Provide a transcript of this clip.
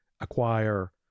acquire